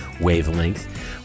wavelength